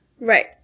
Right